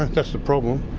that's the problem.